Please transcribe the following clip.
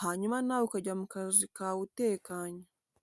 hanyuma nawe ukajya mu kazi kawe utekanye.